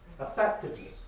effectiveness